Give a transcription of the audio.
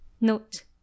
Note